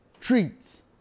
treats